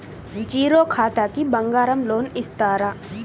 Zero ఖాతాకి బంగారం loan ఇస్తారా?